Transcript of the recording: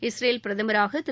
Israel பிரதமராக திரு